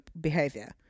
behavior